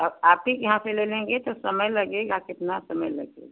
अब आप ही के यहाँ से ले लेंगे तो समय लगेगा कितना समय लगे